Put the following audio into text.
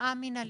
התראה מינהלית.